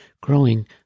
growing